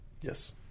Yes